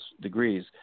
degrees